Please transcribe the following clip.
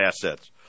assets